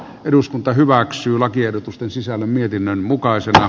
eduskunta hyväksyy lakiehdotusten sisällön mietinnön mukaisena